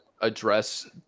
address